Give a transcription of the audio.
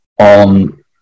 on